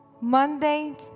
Monday